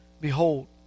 behold